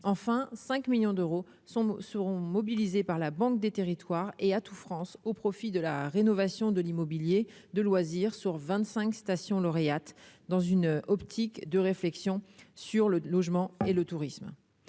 enfin 5 millions d'euros sont seront mobilisés par la banque des territoires et atout France au profit de la rénovation de l'immobilier de loisirs sur 25 stations lauréate dans une optique de réflexion sur le logement et le tourisme